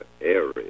area